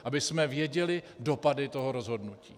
Abychom věděli dopady toho rozhodnutí.